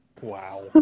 Wow